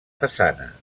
façana